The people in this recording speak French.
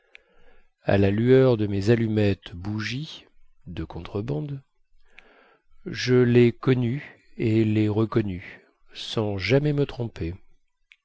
à la lueur de mes allumettes bougies de contrebande je les connus et les reconnus sans jamais me tromper